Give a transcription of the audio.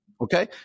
Okay